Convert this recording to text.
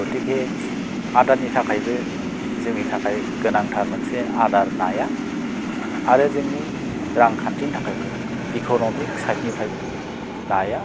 गतिके आदारनि थाखायबो जोंनि गोनांथार मोनसे आदार नाया आरो जोंनि रांखान्थिनि थाखायबो इकन'मिक साइदनिफ्रायबो नाया